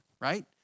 right